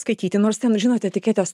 skaityti nors ten žinot etiketės